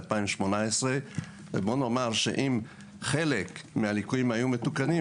2018 ובואו נאמר שאם חלק מהליקויים היו מתוקנים,